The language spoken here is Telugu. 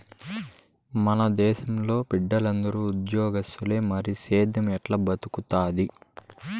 మన దేశంలో బిడ్డలందరూ ఉజ్జోగాలిస్తే మరి సేద్దెం ఎట్టా బతుకుతాది